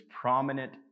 prominent